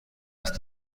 است